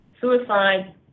Suicide